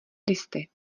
listy